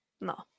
No